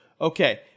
Okay